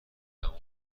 تمام